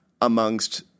amongst